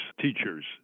teachers